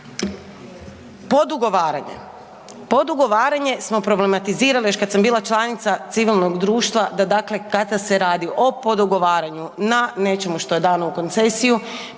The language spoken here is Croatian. Podugovaranje, podugovaranje smo problematizirali još kad sam bila članica civilnog društva da dakle kada se radi o podugovaranju na nečemu što je dano u koncesiju,